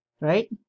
Right